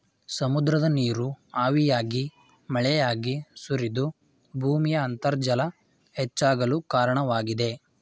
ಸಮುದ್ರದ ನೀರು ಹಾವಿಯಾಗಿ ಮಳೆಯಾಗಿ ಸುರಿದು ಭೂಮಿಯ ಅಂತರ್ಜಲ ಹೆಚ್ಚಾಗಲು ಕಾರಣವಾಗಿದೆ